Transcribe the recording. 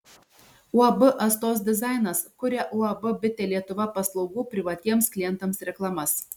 uab astos dizainas kuria uab bitė lietuva paslaugų privatiems klientams reklamas